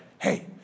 hey